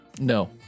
No